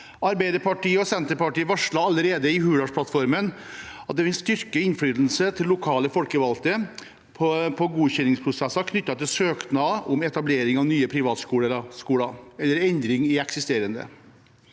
Arbeiderpartiet og Senterpartiet varslet allerede i Hurdalsplattformen at de vil styrke innflytelsen til lokale folkevalgte på godkjenningsprosesser knyttet til søknader om etablering av nye privatskoler eller endring i eksisterende.